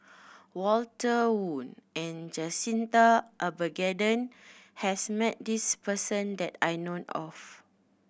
Walter Woon and Jacintha Abisheganaden has met this person that I know of